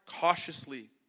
cautiously